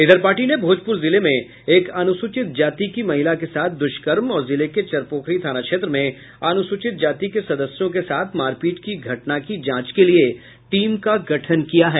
इधर पार्टी ने भोजपुर जिले में एक अनुसूचित जाति की महिला के साथ दुष्कर्म और जिले के चरपोखरी थाना क्षेत्र में अनुसूचित जाति के सदस्यों के साथ मारपीट की घटना की जांच के लिए टीम का गठन किया है